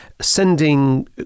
sending